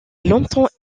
longtemps